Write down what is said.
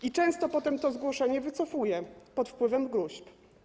I często potem to zgłoszenie wycofuje pod wpływem gróźb.